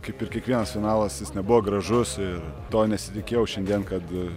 kaip ir kiekvienas finalas jis nebuvo gražus ir to nesitikėjau šiandien kad a